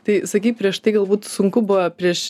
tai sakei prieš tai galbūt sunku buvo prieš